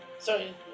Sorry